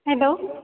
hello